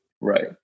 right